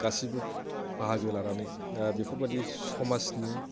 गासैबो बाहागो लानानै दा बेफोरबायदि समाजनि